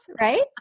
right